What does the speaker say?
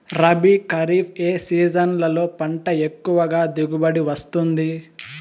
రబీ, ఖరీఫ్ ఏ సీజన్లలో పంట ఎక్కువగా దిగుబడి వస్తుంది